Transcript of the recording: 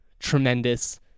tremendous